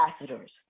ambassadors